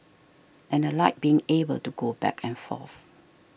and I like being able to go back and forth